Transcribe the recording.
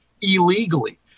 illegally